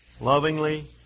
lovingly